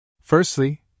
Firstly